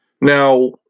Now